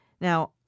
Now